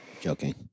Joking